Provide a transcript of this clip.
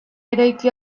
eraiki